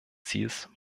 ziels